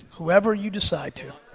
whoever you decide to.